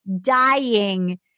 dying